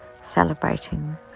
celebrating